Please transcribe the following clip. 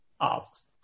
asks